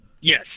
Yes